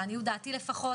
לעניות דעתי לפחות,